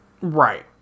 Right